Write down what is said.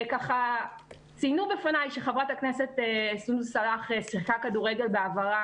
וככה ציינו בפניי שחברת הכנסת סונדוס סאלח שיחקה כדורגל בעברה